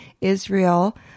Israel